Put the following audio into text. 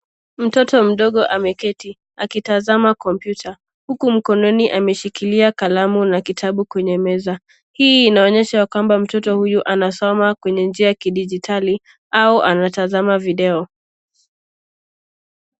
Mtoto mdogo ameketi akitazama kompyuta, huku mkononi ameshikilia kalamu na kitabu kwenye meza. Hii inaonyesha ya kwamba mtoto huyu anasoma kwenye njia ya kidijitali au anatazama video.